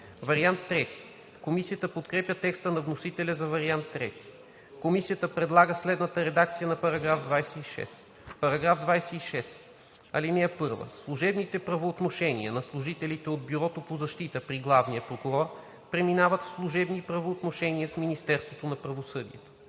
вариант II. Комисията подкрепя текста на вносителя за вариант III. Комисията предлага следната редакция на § 26: „§ 26. (1) Служебните правоотношения на служителите от Бюрото по защита при главния прокурор преминават в служебни правоотношения с Министерството на правосъдието.